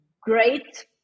great